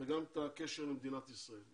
וגם את הקשר למדינת ישראל.